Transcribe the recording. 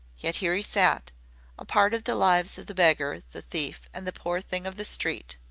yet here he sat a part of the lives of the beggar, the thief, and the poor thing of the street.